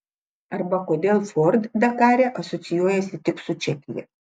arba kodėl ford dakare asocijuojasi tik su čekija